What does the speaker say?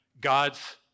God's